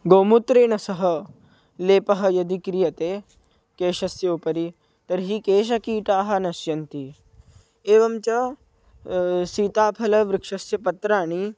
गोमूत्रेण सह लेपः यदि क्रियते केशस्य उपरि तर्हि केशकीटाः न सन्ति एवञ्च सीताफलवृक्षस्य पत्राणि